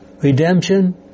redemption